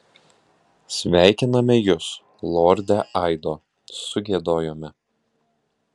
sveikiname jus lorde aido sugiedojome